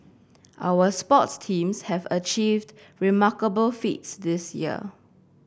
our sports teams have achieved remarkable feats this year